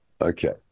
Okay